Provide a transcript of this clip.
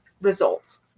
results